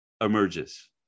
emerges